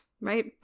right